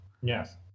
Yes